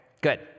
good